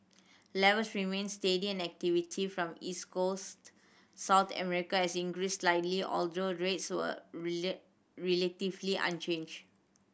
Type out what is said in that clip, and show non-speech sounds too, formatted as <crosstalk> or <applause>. levels remained steady and activity from East Coast South America has increased slightly although rates were <unintelligible> relatively unchanged